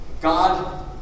God